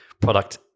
product